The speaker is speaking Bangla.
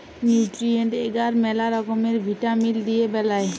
নিউট্রিয়েন্ট এগার ম্যালা রকমের ভিটামিল দিয়ে বেলায়